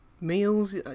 meals